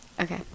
Okay